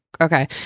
okay